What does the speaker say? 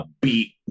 beat